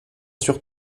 sur